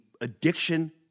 addiction